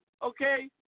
okay